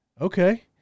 okay